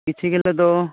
ᱠᱤᱪᱷᱤ ᱜᱮᱞᱮᱫᱚ